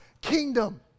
kingdom